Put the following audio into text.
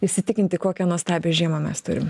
įsitikinti kokią nuostabią žiemą mes turim